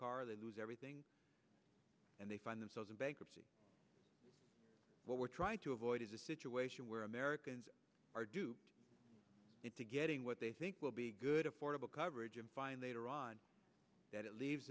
car they lose everything and they find themselves in bankruptcy what we're trying to avoid is a situation where americans are do it to getting what they think will be good affordable coverage and find later on that it leaves